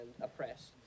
oppressed